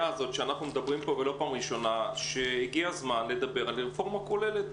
הזו שהגיע הזמן לדבר על רפורמה כוללת.